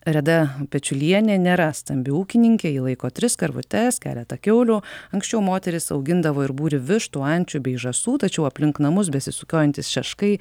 reda pečiulienė nėra stambi ūkininkė ji laiko tris karvutes keletą kiaulių anksčiau moteris augindavo ir būrį vištų ančių bei žąsų tačiau aplink namus besisukiojantys šeškai